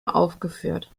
aufgeführt